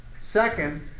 Second